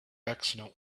accident